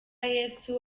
yesu